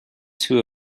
two